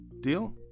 Deal